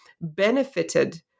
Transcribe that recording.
benefited